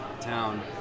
town